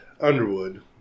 Underwood